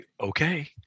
okay